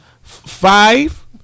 Five